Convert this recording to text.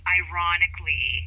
ironically